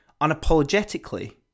Unapologetically